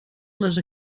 les